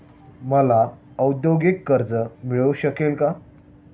मला औद्योगिक कर्ज मिळू शकेल का?